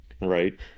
Right